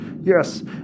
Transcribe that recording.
Yes